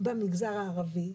במגזר הערבי,